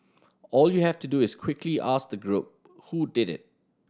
all you have to do is quickly ask the group who did it